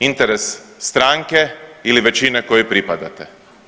Interes stranke ili većine kojoj pripadate.